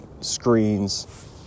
screens